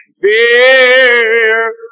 fear